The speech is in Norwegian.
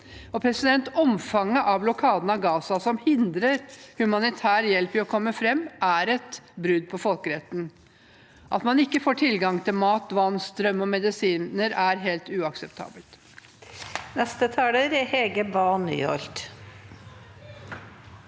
Israel nå. Omfanget av blokaden av Gaza, som hindrer humanitær hjelp i å komme fram, er et brudd på folkeretten. At man ikke får tilgang til mat, vann, strøm og medisiner, er helt uakseptabelt. Hege Bae Nyholt